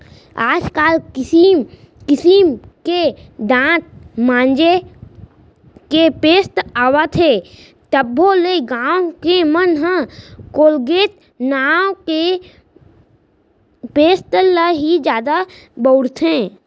आज काल किसिम किसिम के दांत मांजे के पेस्ट आवत हे तभो ले गॉंव के मन ह कोलगेट नांव के पेस्ट ल ही जादा बउरथे